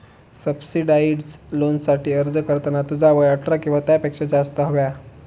subsidised लोनसाठी अर्ज करताना तुझा वय अठरा किंवा त्यापेक्षा जास्त हव्या